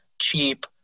cheap